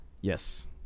Yes